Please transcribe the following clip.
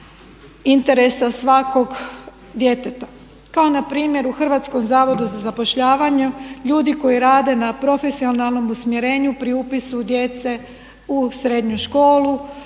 interesa svakog djeteta. Kao npr. u hrvatskom zavodu za zapošljavanju ljudi koji rade na profesionalnom usmjerenju pri upisu djece u srednju školu,